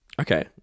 okay